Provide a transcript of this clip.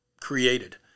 created